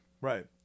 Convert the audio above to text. Right